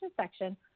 section